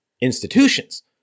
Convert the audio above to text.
institutions